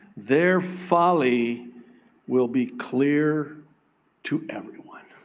their folly will be clear to everyone.